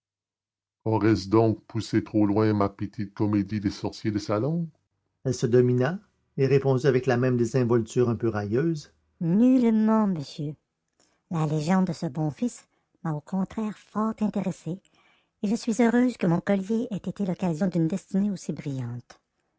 aurais-je donc poussé trop loin ma petite comédie de sorcier de salon elle se domina et répondit avec la même désinvolture un peu railleuse nullement monsieur la légende de ce bon fils m'a au contraire fort intéressée et je suis heureuse que mon collier ait été l'occasion d'une destinée aussi brillante